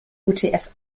utf